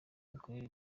mikorere